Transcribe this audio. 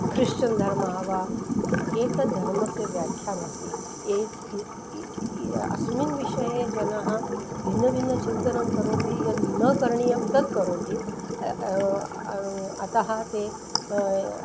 Christian धर्मः वा एतद्धर्मस्य व्याख्या नास्ति एस् अस्मिन् विषये जनः भिन्नभिन्नचिन्तनं करोति यत् न करणीयं तत् करोति अतः ते